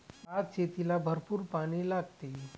भातशेतीला भरपूर पाणी लागते